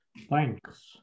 Thanks